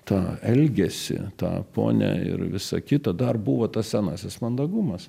tą elgesį tą ponią ir visą kitą dar buvo tas senasis mandagumas